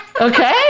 okay